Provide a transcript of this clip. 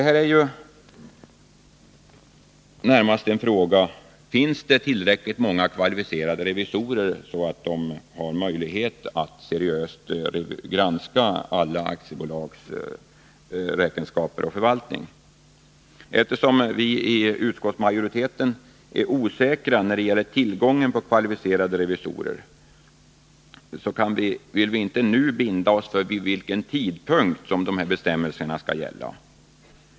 Här är det närmast fråga om huruvida det finns tillräckligt många kvalificerade revisorer, så att de har möjlighet att seriöst granska alla aktiebolags räkenskaper och förvaltning. Eftersom vi i utskottsmajoriteten är osäkra när det gäller tillgången på kvalificerade revisorer, vill vi inte nu binda oss för den tidpunkt från vilken dessa bestämmelser skall gälla.